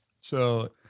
So-